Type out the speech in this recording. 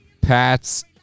Pats